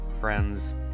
Friends